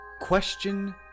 Question